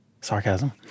Sarcasm